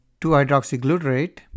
2-hydroxyglutarate